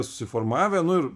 susiformavę nu ir